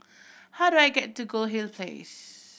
how do I get to Goldhill Place